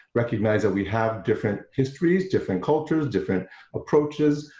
recognize that we have different histories, different cultures, different approaches,